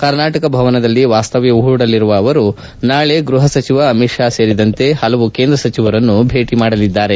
ಕರ್ನಾಟಕ ಭವನದಲ್ಲಿ ವಾಸ್ತವ್ಯ ಹೂಡಲಿರುವ ಅವರು ನಾಳೆ ಗ್ವಪ ಸಚಿವ ಅಮಿತ್ ಶಾ ಸೇರಿದಂತೆ ಕೇಂದ್ರ ಸಚಿವರನ್ನು ಭೇಟಿ ಮಾಡಲಿದ್ದಾರೆ